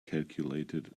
calculated